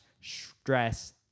stress